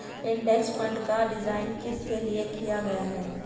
Index fund का design किस लिए किया गया है?